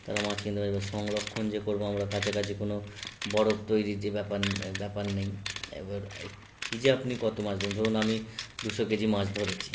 তারা মাছ কিনতে পারে না বা সংরক্ষণ যে করব আমরা কাছাকাছি কোনো বরফ তৈরির যে ব্যাপার ব্যাপার নেই এবার এই ফ্রিজে আপনি কত মাছ ধরুন ধরুন আমি দুশো কেজি মাছ ধরেছি